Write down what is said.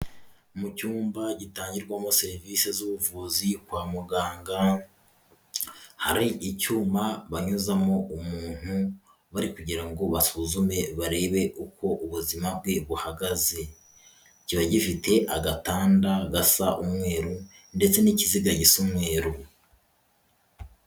Mu cyumba gitangirwamo serivise z'ubuvuzi kwa muganga hari icyuma banyuzamo umuntu bari kugira ngo basuzume barebe uko ubuzima bwe buhagaze, kiba gifite agatanda gasa umweru ndetse n'ikiziga gisa umweru.